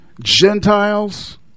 Gentiles